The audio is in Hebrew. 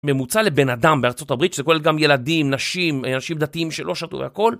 ממוצע לבן אדם בארצות הברית, שזה כולל גם ילדים, נשים, אנשים דתיים שלא שתו אלכוהול.